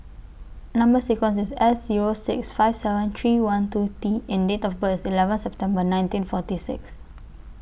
Number sequence IS S Zero six five seven three one two T and Date of birth IS eleven September nineteen forty six